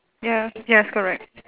ya yes correct